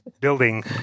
building